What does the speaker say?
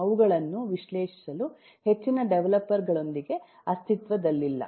ಅವುಗಳನ್ನು ವಿಶ್ಲೇಷಿಸಲು ಹೆಚ್ಚಿನ ಡೆವಲಪರ್ ಗಳೊಂದಿಗೆ ಅಸ್ತಿತ್ವದಲ್ಲಿಲ್ಲ